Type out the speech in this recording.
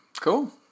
Cool